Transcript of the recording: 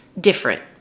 different